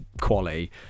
quality